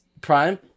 prime